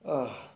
urgh